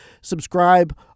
Subscribe